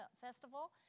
festival